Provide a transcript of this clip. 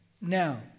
Now